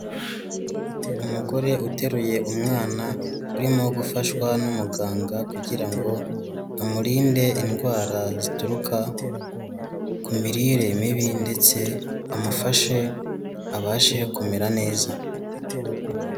Umugore uteruye umwana urimo gufashwa n'umuganga kugira ngo amurinde indwara zituruka ku mirire mibi ndetse amufashe abashe kumera neza.